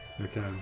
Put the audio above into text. okay